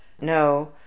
no